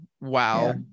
Wow